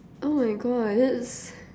oh my God that's